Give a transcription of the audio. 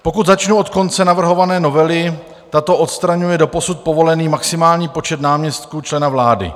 Pokud začnu od konce navrhované novely, tato odstraňuje doposud povolený maximální počet náměstků člena vlády.